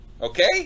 Okay